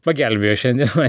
pagelbėjo šiandien cha cha cha